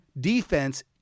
defense